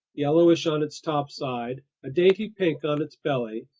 yellowish on its topside, a dainty pink on its belly,